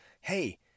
hey